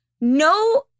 No